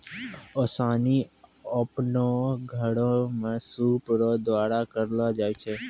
ओसानी आपनो घर मे सूप रो द्वारा करलो जाय छै